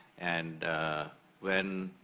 and when